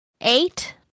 eight